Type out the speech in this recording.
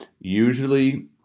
Usually